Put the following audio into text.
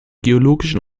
geologischen